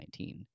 2019